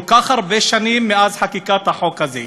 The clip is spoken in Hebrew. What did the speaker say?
כל כך הרבה שנים מאז חקיקת החוק הזה.